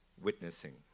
witnessing